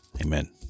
Amen